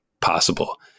possible